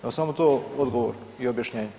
Evo samo to odgovor i objašnjenje.